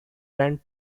ran